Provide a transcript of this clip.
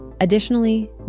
Additionally